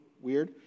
weird